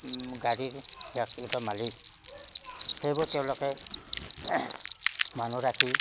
গাড়ীৰ ব্যক্তিগত মালিক সেইবোৰ তেওঁলোকে মানুহ ৰাখি